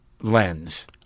lens